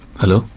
hello